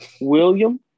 William